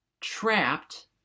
trapped